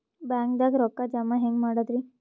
ಬ್ಯಾಂಕ್ದಾಗ ರೊಕ್ಕ ಜಮ ಹೆಂಗ್ ಮಾಡದ್ರಿ?